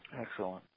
Excellent